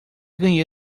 ganhei